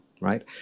right